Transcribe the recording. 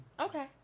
Okay